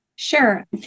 Sure